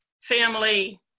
family